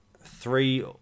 three